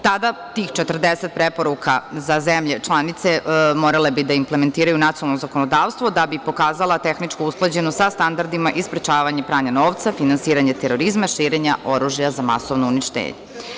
Tada tih 40 preporuka za zemlje članice morale bi da implementiraju nacionalno zakonodavstvo da bi pokazala tehničku usklađenost sa standardima i sprečavanje pranja novca, finansiranje terorizma, širenje oružja za masovno uništenje.